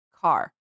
car